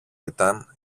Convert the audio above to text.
ήταν